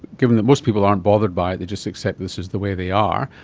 given that most people aren't bothered by it, they just accept this as the way they are,